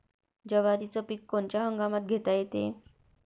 जवारीचं पीक कोनच्या हंगामात घेता येते?